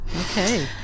Okay